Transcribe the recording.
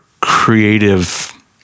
creative